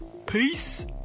Peace